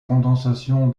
condensation